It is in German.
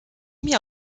mir